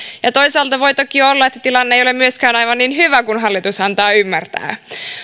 ja toisaalta voi toki olla että tilanne ei ole myöskään aivan niin hyvä kuin hallitus antaa ymmärtää